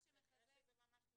כנראה שזה ממש נכון.